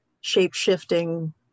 shape-shifting